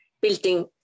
building